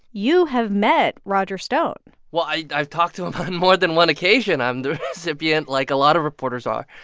you have met roger stone well, i've talked to him on more than one occasion. i'm the recipient, like a lot of reporters are,